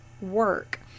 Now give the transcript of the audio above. work